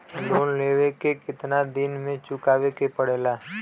Loan लेवे के कितना दिन मे चुकावे के पड़ेला?